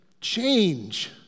change